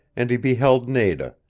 and he beheld nada,